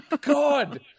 God